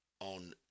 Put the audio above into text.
On